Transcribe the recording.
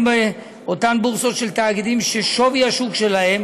באותן בורסות של תאגידים ששווי השוק שלהם